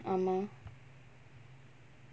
ஆமா:aamaa